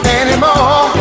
anymore